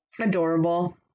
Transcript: Adorable